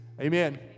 Amen